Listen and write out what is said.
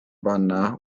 panna